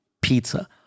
pizza